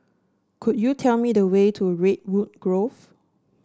could you tell me the way to Redwood Grove